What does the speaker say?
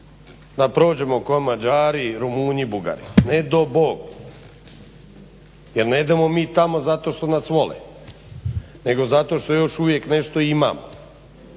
da prođemo kao Mađari, Rumunji i Bugari, nedo Bog jer ne idemo mi tamo zato što nas vole nego zato što još uvijek nešto imamo.